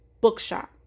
bookshop